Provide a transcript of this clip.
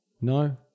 No